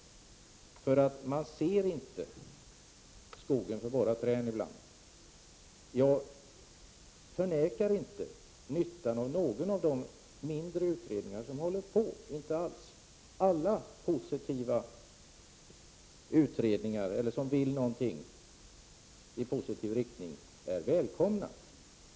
Man ser inte skogen för bara trän ibland. Jag förnekar inte nyttan av någon av de mindre utredningar som pågår, inte alls. Alla utredningar som vill någonting i positiv riktning är välkomna.